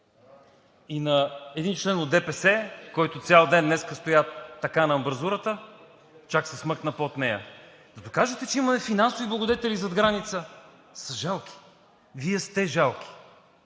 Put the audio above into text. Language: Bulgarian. и на един член от ДПС, който цял ден днес стоя така на амбразурата, че чак се смъкна под нея – да докажете, че имаме финансови благодетели зад граница, са жалки. Вие сте жалки,